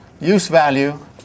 use-value